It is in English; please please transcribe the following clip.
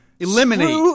Eliminate